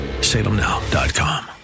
Salemnow.com